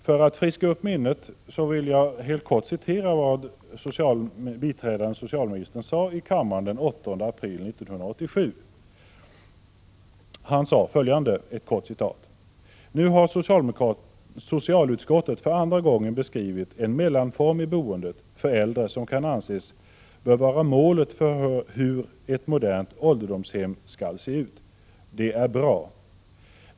För att friska upp minnet vill jag helt kort citera vad biträdande socialministern sade i kammaren den 8 april 1987. ”Nu har socialutskottet för andra gången beskrivit en mellanform i boendet för äldre som man anser bör vara målet för hur ett modernt ålderdomshem skall se ut. Det är bra.